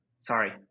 Sorry